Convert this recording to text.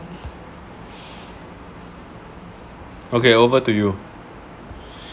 okay over to you